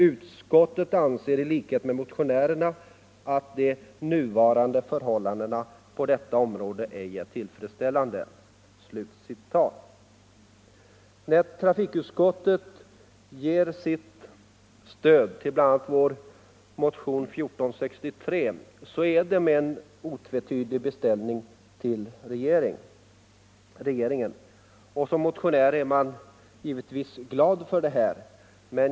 Utskottet anser i likhet med motionärerna att de nuvarande förhållandena på detta område ej är tillfredsställande.” När trafikutskottet ger sitt stöd till bl.a. vår motion 1463 är det med en otvetydig beställning till regeringen. Som motionär är man givetvis glad för detta.